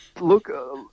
Look